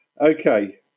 Okay